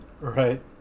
right